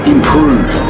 Improve